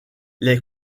les